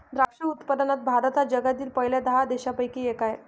द्राक्ष उत्पादनात भारत हा जगातील पहिल्या दहा देशांपैकी एक आहे